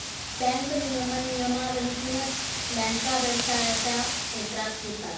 bank नियमन नियमावलीतूनच बँका व्यवसायाच्या क्षेत्रात येतात